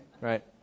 Right